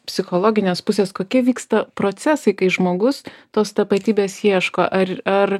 psichologinės pusės kokie vyksta procesai kai žmogus tos tapatybės ieško ar ar